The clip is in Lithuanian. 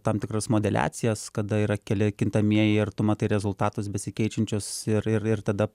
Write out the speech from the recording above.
tam tikras modeliacijas kada yra keli kintamieji ir tu matai rezultatus besikeičiančius ir ir tada